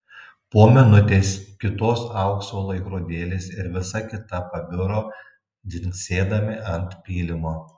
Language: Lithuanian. po minutės kitos aukso laikrodėlis ir visa kita pabiro dzingsėdami ant pylimo